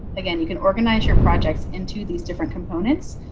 again, you can organize your projects into these different components.